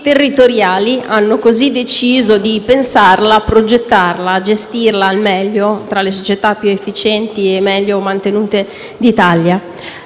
territoriali hanno così deciso di pensarla, progettarla e gestirla al meglio ed è tra le più efficienti e meglio mantenute d'Italia.